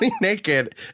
naked